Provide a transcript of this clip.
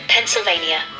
Pennsylvania